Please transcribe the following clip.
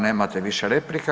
Nemate više replika.